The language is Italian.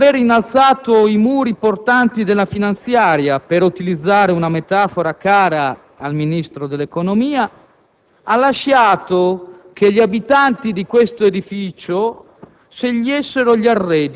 Dopo aver innalzato i muri portanti della finanziaria, per utilizzare una metafora cara al Ministro dell'economia, ha lasciato che gli abitanti di questo edificio